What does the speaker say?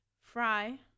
Fry